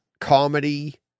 comedy